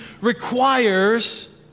requires